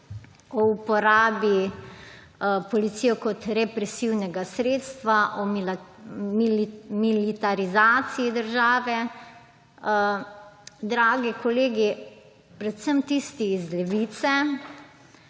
o uporabi policije kot represivnega sredstva, o militarizaciji države. Dragi kolegi, predvsem tisti iz Levice,